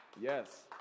Yes